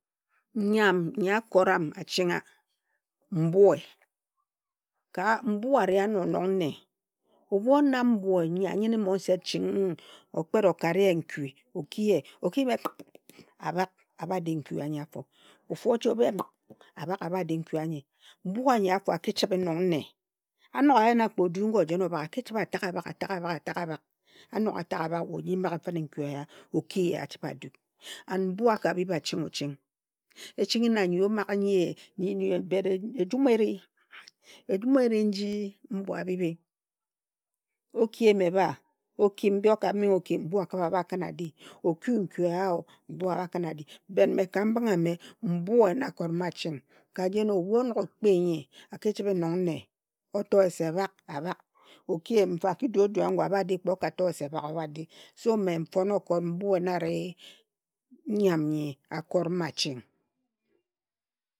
Nyam nyi akoram achingha, mbue. Ka mbue ari ano nong nne. Obhu o nam mbue nyi anyine mo nset ching, okpet o kare ye nkui oki ye, oki yim ye nkp kp kp kp abhak abha di nkui anyi a fo. Ofu oche oyim ye mkp kp kp a bhak a bhadi nkui anyi. Mbue anyi afo a ki chibhe nong ne. A nog a en wa kpe odu ngo ojena obhak a ki chibhe a taga abhak, ataga abhak, ataga abhak, anog ataga abhak we oji mghe fine nkui eya oki ye achibhe a dig. And mbue a ka bhib a ching o ching, e chinghi na nyi omaghe nyi nye but ejum eri, ejum eri nji mbue abhibi. Oki eyim ebha, oki mbi o ka menghe o ki mbue a bhakrim adi, oki nkui e ya o, mbue a bhakin adi. But mme ka mbinghe a me mbue na a kori maching, ka jen ebhu onog o kpi nyi, a ki chibhe nong nne, oto ye se bhak, abhak, oki eyim mfa a du o etu o du ago abha di kpe okato ye se bhak obhadi. So mme mfon okot mbue na ari nyam nyi akori ma ching